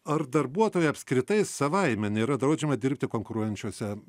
ar darbuotojui apskritai savaime nėra draudžiama dirbti konkuruojančiose